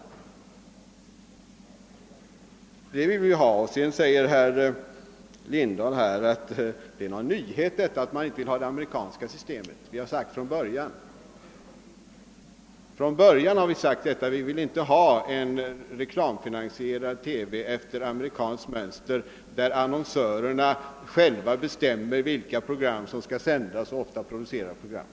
Det är ett sådant system vi vill ha. Herr Lindahl förklarar att det är en nyhet att vi inte vill ha det amerikanska systemet. Men vi har ju från början sagt ifrån, att vi inte vill ha en reklamfinansierad TV efter amerikanskt mönster, där annonsörerna själva bestämmer vilka program som skall sändas och ofta själva producerar programmen.